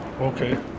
Okay